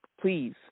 Please